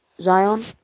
Zion